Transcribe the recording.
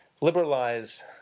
liberalize